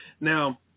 Now